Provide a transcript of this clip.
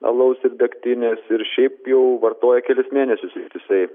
alaus ir degtinės ir šiaip jau vartoja kelis mėnesius ištisai